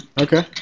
Okay